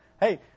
Hey